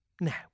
Now